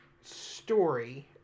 story